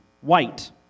white